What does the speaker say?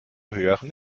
höheren